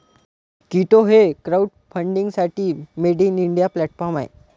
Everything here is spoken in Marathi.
कीटो हे क्राउडफंडिंगसाठी मेड इन इंडिया प्लॅटफॉर्म आहे